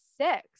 six